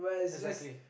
exactly